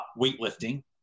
weightlifting